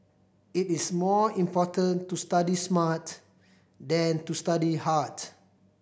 it is more important to study smart than to study hard